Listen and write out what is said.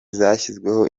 zashyizweho